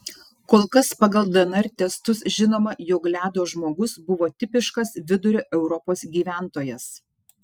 kol kas pagal dnr testus žinoma jog ledo žmogus buvo tipiškas vidurio europos gyventojas